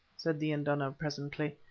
said the induna, presently.